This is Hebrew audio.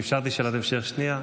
אפשרתי שאלת המשך שנייה.